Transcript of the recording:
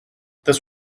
this